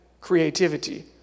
creativity